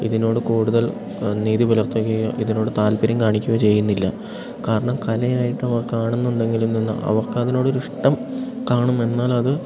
ഇതിനോട് കൂടുതൽ നീതി പുലർത്തുകയും ഇതിനോട് താൽപര്യം കാണിക്കുകയും ചെയ്യുന്നില്ല കാരണം കലയായിട്ട് അവർ കാണുന്നുണ്ടെങ്കിലും ഇന്ന് അവർക്കതിനോടൊരു ഇഷ്ടം കാണും എന്നാലത്